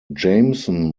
jameson